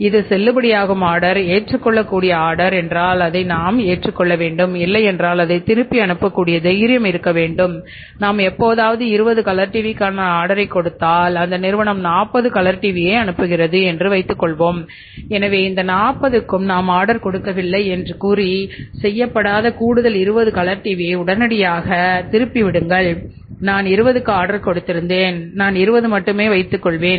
இது செல்லுபடியாகும் ஆர்டர் ஏற்றுக்கொள்ளக்கூடிய ஆர்டர் என்றால் அதை நாம் ஏற்றுக் கொள்ள வேண்டும் இல்லை என்றால் அதை திருப்பி அனுப்பக் கூடிய தைரியம் இருக்க வேண்டும் நாம் எப்போதாவது 20 கலர் டிவிக்கான ஆர்டரை கொடுத்தால் கொடுத்தால் அந்த நிறுவனம் 40 கலர் டிவியை அனுப்புகிறது எனவே இந்த 40 க்கு நாம் ஆர்டர் கொடுக்கவில்லை என்று கூறி செய்யப்படாத கூடுதல் 20 கலர் டிவியை உடனடியாக திருப்பி விடுங்கள் நான் 20 க்கு ஆர்டர் கொடுத்திருந்தேன் நான் 20 மட்டுமே வைத்துக்கொள்வேன்